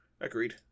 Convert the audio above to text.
Agreed